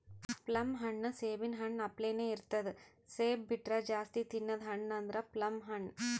plum ಹಣ್ಣ್ ಸೇಬಿನ್ ಹಣ್ಣ ಅಪ್ಲೆನೇ ಇರ್ತದ್ ಸೇಬ್ ಬಿಟ್ರ್ ಜಾಸ್ತಿ ತಿನದ್ ಹಣ್ಣ್ ಅಂದ್ರ ಪ್ಲಮ್ ಹಣ್ಣ್